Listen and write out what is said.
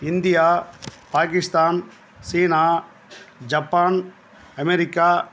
India Pakistan China Japan America